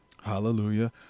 Hallelujah